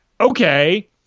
okay